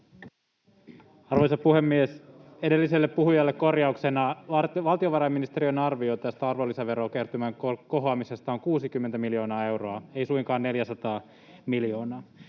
Arvoisa puhemies! Edelliselle puhujalle korjauksena: valtiovarainministeriön arvio tästä arvonlisäverokertymän kohoamisesta on 60 miljoonaa euroa, ei suinkaan 400 miljoonaa.